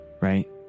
right